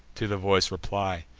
to the voice reply.